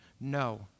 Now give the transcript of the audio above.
No